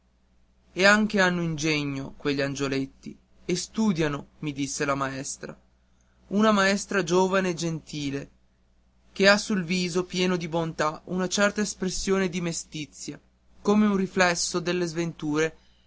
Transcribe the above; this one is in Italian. e anche hanno ingegno quegli angioletti e studiano mi disse la maestra una maestra giovane e gentile che ha sul viso pieno di bontà una certa espressione di mestizia come un riflesso delle sventure